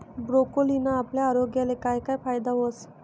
ब्रोकोलीना आपला आरोग्यले काय काय फायदा व्हस